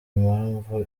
impamvu